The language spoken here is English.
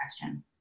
question